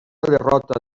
derrota